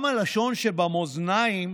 גם הלשון שבמאזניים